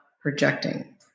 projecting